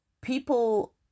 people